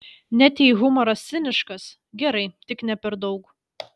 net jei humoras ciniškas gerai tik ne per daug